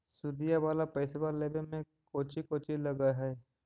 सुदिया वाला पैसबा लेबे में कोची कोची लगहय?